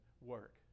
work